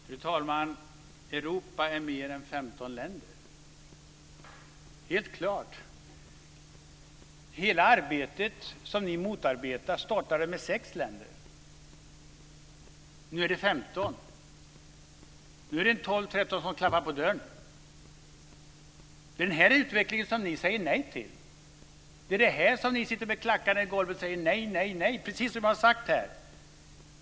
Fru talman! Europa är mer än 15 länder. Det är helt klart. Hela det arbete som ni motarbetar startade med sex länder. Nu är det 15, och det finns 12-13 som klappar på dörren. Det är den här utvecklingen som ni säger nej till - som ni sätter ned klackarna i golvet och säger nej, nej, nej till! Det är ju precis vad ni har sagt här.